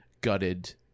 gutted